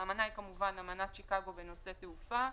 האמנה היא אמנת שיקגו בנושא תעופה.